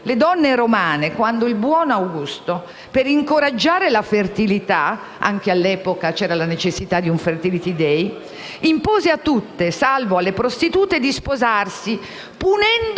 le donne romane quando il buon Augusto, per incoraggiare la fertilità (anche all'epoca c'era la necessità di un Fertility day) impose a tutte, salvo alle prostitute, di sposarsi, punendo